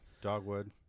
Dogwood